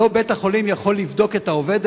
לא בית-החולים יכול לבדוק את העובד,